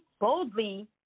boldly